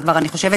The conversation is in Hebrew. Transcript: אני חושבת